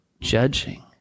judging